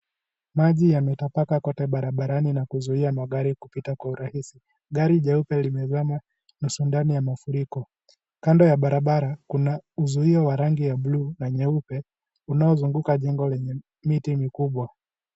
Maji, yametapaka kote barabarani na kuzuia magari kupita kwa urahisi. Gari jeupe limezama nusu ndani ya mafuriko. Kando ya barabara kuna uzuio wa rangi ya blue na nyeupe, unaozunguka jengo lenye miti mikubwa.